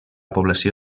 població